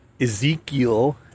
Ezekiel